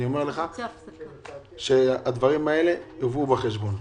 אני אומר לך שהדברים האלה יובאו בחשבון.